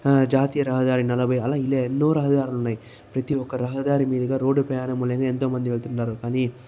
జాతీయ రహదారి నలభై అలా ఇలా ఎన్నో రహదారులు ఉన్నాయి ప్రతి ఒక రహదారి మీదుగా రోడ్డు ప్రయాణం అనేది ఎంతోమంది వెళ్తున్నారు అని